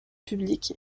publique